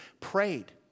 prayed